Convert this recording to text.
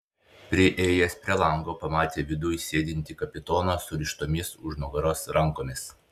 priėjęs prie lango pamatė viduj sėdintį kapitoną surištomis už nugaros rankomis